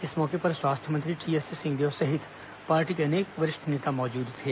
इस मौके पर स्वास्थ्य मंत्री टीएस सिंहदेव सहित पार्टी के अनेक वरिष्ठ नेता मौजूद थे